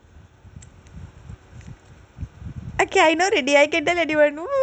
I never tell anyone yet no no don't tell anyone